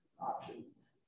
options